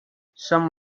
some